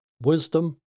wisdom